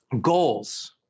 goals